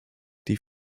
die